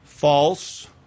False